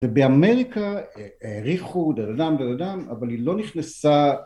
ובאמריקה העריכו דרדם דרדם אבל היא לא נכנסה